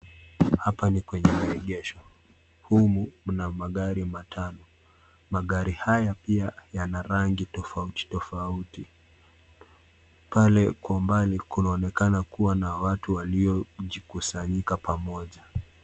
Hapa ni kwenye maengesho. Humu mna magari matano. Magari haya pia yana rangi tofautitofauti. Pale kwa umbali kunaonekana kuwa na watu waliojikusayika pamoja.